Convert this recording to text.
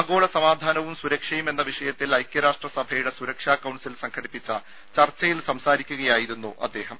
ആഗോള സമാധാനവും സുരക്ഷയും എന്ന വിഷയത്തിൽ ഐക്യരാഷ്ട്രസഭയുടെ സുരക്ഷാ കൌൺസിൽ സംഘടിപ്പിച്ച ചർച്ചയിൽ സംസാരിക്കുകയായിരുന്നു അദ്ദേഹം